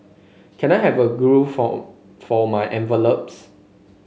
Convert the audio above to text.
can I have a glue for for my envelopes